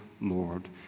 Lord